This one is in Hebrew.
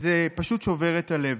וזה פשוט שובר את הלב.